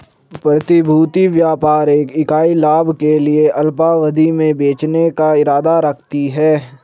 प्रतिभूति व्यापार एक इकाई लाभ के लिए अल्पावधि में बेचने का इरादा रखती है